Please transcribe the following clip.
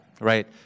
right